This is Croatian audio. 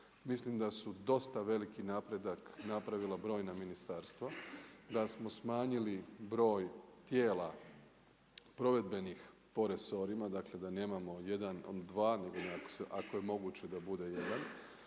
Mislim da su dosta veliki napredak napravila brojna ministarstva, da smo smanjili broj tijela provedbenih po resorima da nemamo jedan … dva nego ako je moguće da bude jedan.